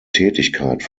tätigkeit